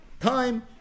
time